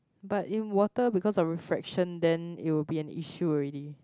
but in water because of refraction then it will be an issue already